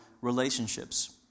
relationships